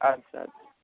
اَدٕ سا اَدٕ سا